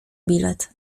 bilet